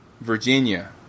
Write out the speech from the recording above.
Virginia